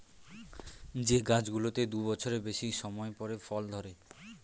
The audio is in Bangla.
যে গাছগুলোতে দু বছরের বেশি সময় পরে ফল ধরে